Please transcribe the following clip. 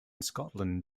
scotland